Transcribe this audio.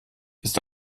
ist